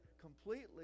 completely